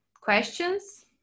questions